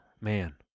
man